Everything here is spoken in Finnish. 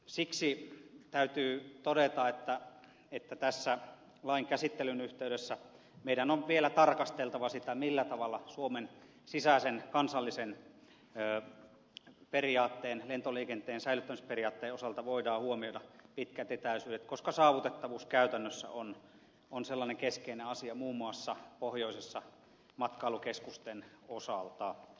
siksi täytyy todeta että tässä lain käsittelyn yhteydessä meidän on vielä tarkasteltava sitä millä tavalla suomen sisäisen kansallisen periaatteen lentoliikenteen säilyttämisperiaatteen osalta voidaan huomioida pitkät etäisyydet koska saavutettavuus käytännössä on sellainen keskeinen asia muun muassa pohjoisessa matkailukeskusten osalta